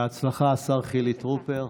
בהצלחה, השר חילי טרופר.